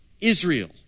Israel